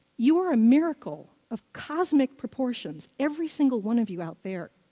you are a miracle of cosmic proportions, every single one of you out there.